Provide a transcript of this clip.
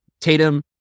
Tatum